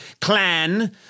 clan